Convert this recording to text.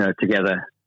together